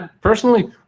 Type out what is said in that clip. personally